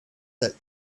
that